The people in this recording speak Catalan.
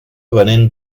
venent